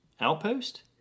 outpost